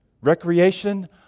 recreation